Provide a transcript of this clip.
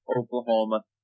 Oklahoma